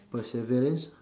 perseverance